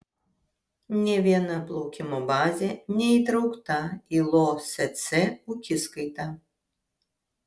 nė viena plaukimo bazė neįtraukta į losc ūkiskaitą